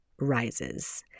rises